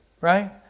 Right